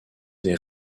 des